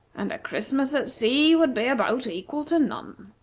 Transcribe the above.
and a christmas at sea would be about equal to none.